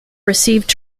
received